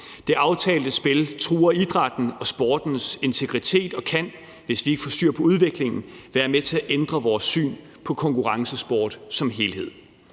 Det aftalte spil truer idrættens og sportens integritet og kan, hvis ikke de får styr på udviklingen, være med til at ændre vores syn på konkurrencesport som helhed.